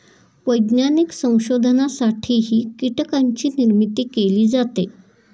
वैज्ञानिक संशोधनासाठीही कीटकांची निर्मिती केली जाते